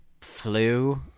flu